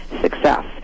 success